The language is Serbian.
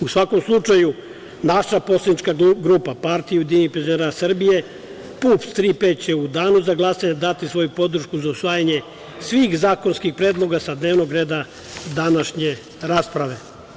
U svakom slučaju, naša poslanička grupa PUPS – „Tri P“ će u danu za glasanje dati svoju podršku za usvajanje svih zakonskih predloga sa dnevnog reda današnje rasprave.